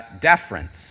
deference